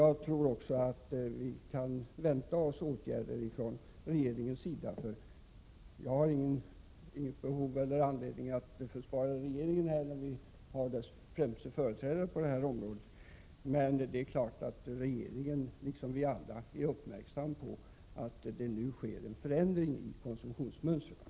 Jag tror också att vi kan förvänta oss åtgärder från regeringens sida. Jag har inget behov av eller anledning att försvara regeringens företrädare på detta område, men det är klart att regeringen, liksom vi alla, är uppmärksam på att det nu sker en ändring i konsumtionsmönstret.